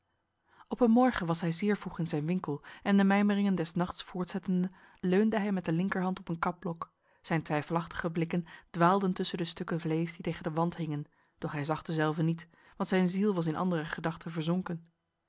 op een morgen was hij zeer vroeg in zijn winkel en de mijmeringen des nachts voortzettende leunde hij met de linkerhand op een kapblok zijn twijfelachtige blikken dwaalden tussen de stukken vlees die tegen de wand hingen doch hij zag dezelve niet want zijn ziel was in andere gedachten verzonken